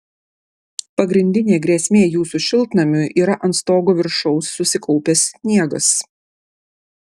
pagrindinė grėsmė jūsų šiltnamiui yra ant stogo viršaus susikaupęs sniegas